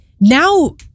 now